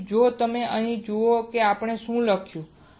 તેથી જો તમે અહીં જુઓ આપણે શું લખ્યું છે